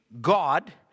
God